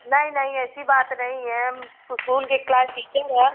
नहीं नहीं ऐसी बात नहीं है उस्कूल के क्लास टीचर हैं